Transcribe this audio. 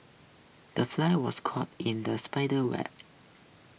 the fly was caught in the spider's web